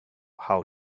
how